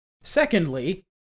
Secondly